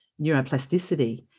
neuroplasticity